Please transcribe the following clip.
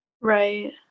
Right